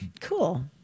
Cool